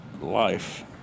life